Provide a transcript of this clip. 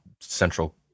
central